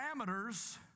parameters